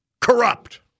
Corrupt